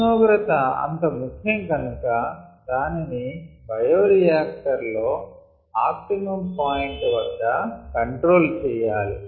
ఉష్ణోగ్రత అంత ముఖ్యం కనుక దానిని బయోరియాక్టర్ లో ఆప్టిమమ్ పాయింట్ వద్ద కంట్రోల్ చెయ్యాలి